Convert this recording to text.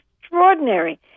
extraordinary